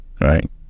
right